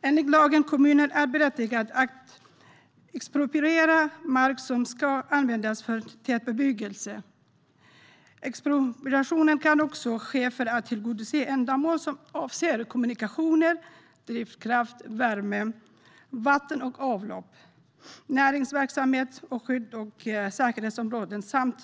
Enligt lagen är kommunen berättigad att expropriera mark som ska användas för tätbebyggelse. Expropriation kan också ske för att tillgodose ändamål som avser kommunikationer, drivkraft, värme, vatten och avlopp, näringsverksamhet, skydds och säkerhetsområden,